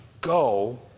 Go